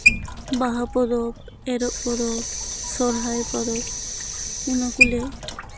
ᱵᱟᱦᱟ ᱯᱚᱨᱚᱵᱽ ᱮᱨᱚᱵ ᱯᱚᱨᱚᱵᱽ ᱥᱚᱦᱚᱨᱟᱭ ᱯᱚᱨᱚᱵᱽ ᱚᱱᱟ ᱠᱚᱞᱮ